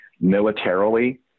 militarily